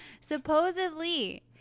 Supposedly